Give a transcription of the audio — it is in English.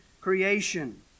creation